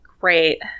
great